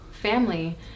family